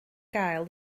gael